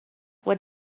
what